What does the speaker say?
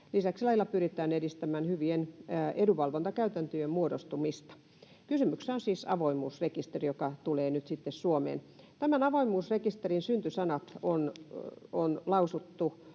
Lisäksi lailla pyritään edistämään hyvien edunvalvontakäytäntöjen muodostumista. Kysymyksessä on siis avoimuusrekisteri, joka tulee nyt sitten Suomeen. Tämän avoimuusrekisterin syntysanat on lausuttu